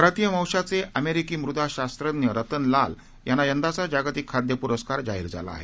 भारतीय वंशाचे अमेरिकी मृदा शास्त्रज्ञ रतन लाल यांना यंदाचा जागतिक खाद्य पुरस्कार जाहीर झाला आहे